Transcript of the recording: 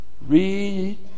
Read